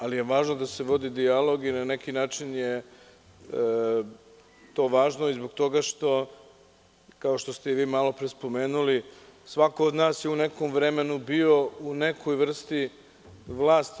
Ali, je važno da se vodi dijalog i na neki način je to važno i zbog toga što, kao što ste i vi malo pre spomenuli, svako od nas je u nekom vremenu bio u nekoj vrsti vlasti.